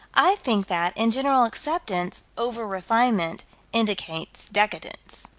i think that, in general acceptance, over-refinement indicates decadence.